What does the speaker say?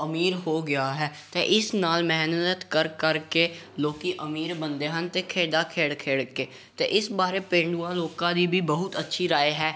ਅਮੀਰ ਹੋ ਗਿਆ ਹੈ ਅਤੇ ਇਸ ਨਾਲ ਮਿਹਨਤ ਕਰ ਕਰਕੇ ਲੋਕ ਅਮੀਰ ਬਣਦੇ ਹਨ ਅਤੇ ਖੇਡਾਂ ਖੇਡ ਖੇਡ ਕੇ ਅਤੇ ਇਸ ਬਾਰੇ ਪੇਂਡੂਆਂ ਲੋਕਾਂ ਦੀ ਵੀ ਬਹੁਤ ਅੱਛੀ ਰਾਏ ਹੈ